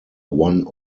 one